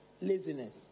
Laziness